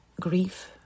grief